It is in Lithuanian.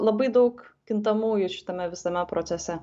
labai daug kintamųjų šitame visame procese